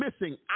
missing